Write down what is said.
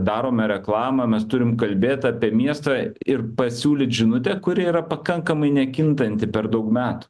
darome reklamą mes turim kalbėt apie miestą ir pasiūlyt žinutę kuri yra pakankamai nekintanti per daug metų